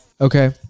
Okay